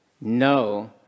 no